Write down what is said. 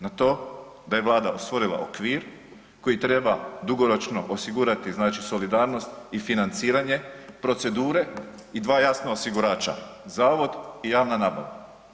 Na to da je vlada stvorila okvir koji treba dugoročno osigurati, znači solidarnost i financiranje procedure i dva jasna osigurača, zavod i javna nabava.